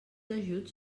ajuts